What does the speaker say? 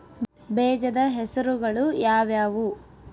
ಬೇಜದ ಹೆಸರುಗಳು ಯಾವ್ಯಾವು?